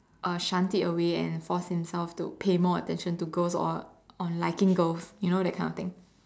uh shunned it away and forced himself to pay more attention to girls or on liking girls you know that kind of thing